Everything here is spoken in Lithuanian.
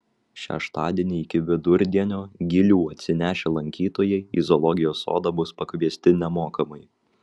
šeštadienį iki vidurdienio gilių atsinešę lankytojai į zoologijos sodą bus pakviesti nemokamai